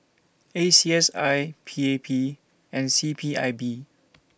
A C S I P A P and C P I B